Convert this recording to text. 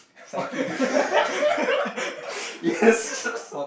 cycling yes